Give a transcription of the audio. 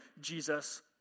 Jesus